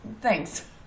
Thanks